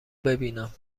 ببینم